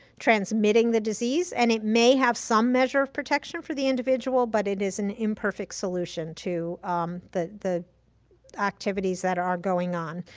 transmitting the disease. and it may have some measure of protection for the individual, but it is an imperfect solution to the the activities that are going on.